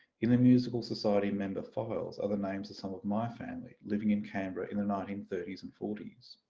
in the musical society member files are the names of some of my family living in canberra in the nineteen thirty s and forty s.